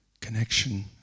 connection